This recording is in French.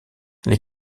les